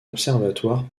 observatoire